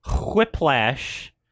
Whiplash